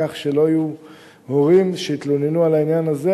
כך שלא יהיו הורים שיתלוננו על העניין הזה